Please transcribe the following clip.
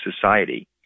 society